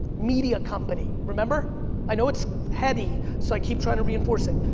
media company, remember, i know it's heady, so i keep trying to reinforce it.